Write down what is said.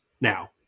now